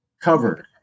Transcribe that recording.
covered